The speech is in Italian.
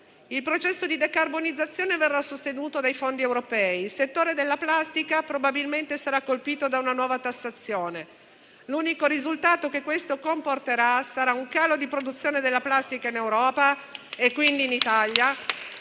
Il processo di decarbonizzazione verrà sostenuto dai fondi europei. Il settore della plastica, probabilmente, sarà colpito da una nuova tassazione. L'unico risultato che questo comporterà sarà un calo di produzione della plastica in Europa, e quindi in Italia